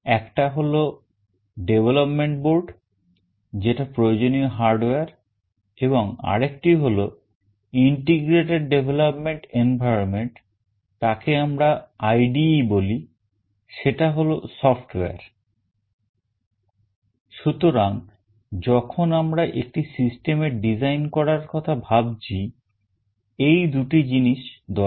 একটি হল development board যেটা প্রয়োজনীয় hardware এবং আরেকটি হল Integrated Development Environment তাকে আমরা IDE বলি সেটা হল software সুতরাং যখন আমরা একটি system এর design করার কথা ভাবছি এই দুটি জিনিস দরকার